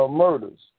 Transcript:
murders